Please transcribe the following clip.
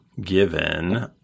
Given